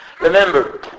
Remember